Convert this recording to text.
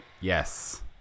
yes